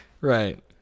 Right